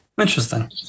Interesting